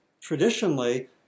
traditionally